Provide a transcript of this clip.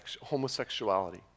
homosexuality